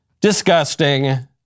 Disgusting